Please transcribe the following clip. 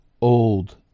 old